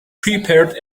prepared